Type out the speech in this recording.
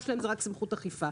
הצו שלהם הוא רק סמכות אכיפה.